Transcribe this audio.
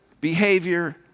behavior